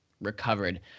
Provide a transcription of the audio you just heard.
recovered